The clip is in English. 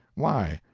why,